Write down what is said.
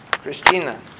Christina